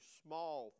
small